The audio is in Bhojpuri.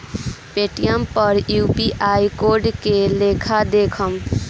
पेटीएम पर यू.पी.आई कोड के लेखा देखम?